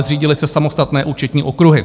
Zřídily se samostatné účetní okruhy.